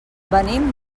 venim